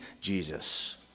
Jesus